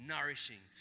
Nourishing